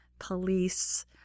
police